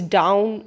down